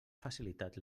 facilitat